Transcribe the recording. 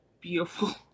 beautiful